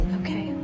okay